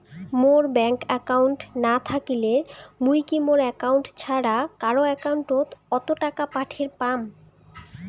মোর bank account না থাকিলে মুই কি মোর একাউন্ট ছাড়া কারো একাউন্ট অত টাকা পাঠের পাম?